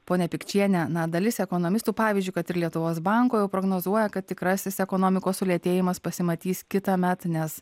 ponia pikčiene na dalis ekonomistų pavyzdžiui kad ir lietuvos banko jau prognozuoja kad tikrasis ekonomikos sulėtėjimas pasimatys kitąmet nes